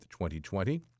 2020